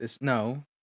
No